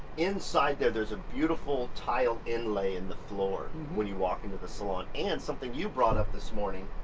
inside. ah there's a beautiful tile inlay in the floor, when you walk into the salon. and something you brought up this morning,